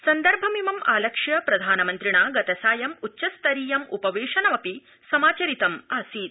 सन्दर्भमिमम् आलक्ष्य प्रधानमंत्रिणा गतसायं उच्चस्तरीयम् उपवेशनमपि समाचरितम् आसीत्